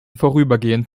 vorübergehend